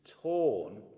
Torn